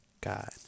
God